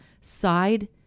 side